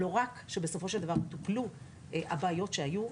לא רק שבסופו של דבר טופלו הבעיות שהיו,